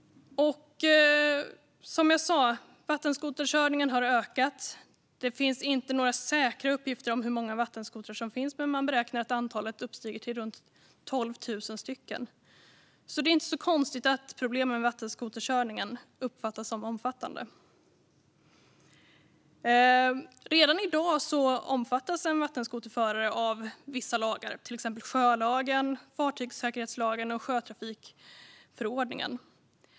Som jag sa: Vattenskoterkörningen har ökat. Det finns inte några säkra uppgifter om hur många vattenskotrar som finns, men man beräknar att antalet uppgår till runt 12 000. Det är alltså inte så konstigt att problemen med vattenskoterkörningen uppfattas som omfattande. Redan i dag omfattas en vattenskoterförare av vissa lagar, till exempel sjölagen, fartygssäkerhetslagen och sjötrafikförordningen.